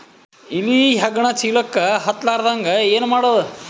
ಇಲಿ ಹೆಗ್ಗಣ ಚೀಲಕ್ಕ ಹತ್ತ ಲಾರದಂಗ ಏನ ಮಾಡದ?